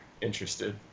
interested